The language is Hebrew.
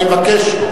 אני מבקש.